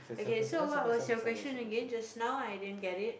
okay so what was your question again just now i didn't get it